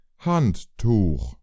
Handtuch